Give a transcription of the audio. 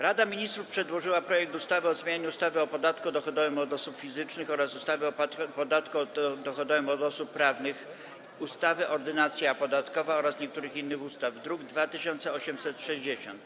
Rada Ministrów przedłożyła projekt ustawy o zmianie ustawy o podatku dochodowym od osób fizycznych, ustawy o podatku dochodowym od osób prawnych, ustawy Ordynacja podatkowa oraz niektórych innych ustaw, druk nr 2860.